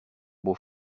beau